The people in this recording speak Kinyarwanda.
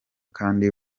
kandi